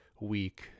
week